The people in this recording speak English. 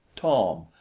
tom,